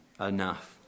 enough